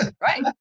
right